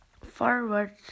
Forward